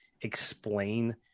explain